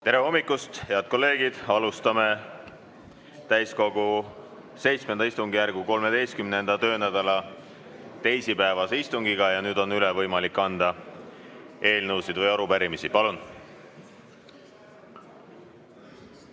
Tere hommikust, head kolleegid! Alustame täiskogu VII istungjärgu 13. töönädala teisipäevast istungit. Ja nüüd on võimalik üle anda eelnõusid ja arupärimisi. Palun!